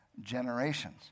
generations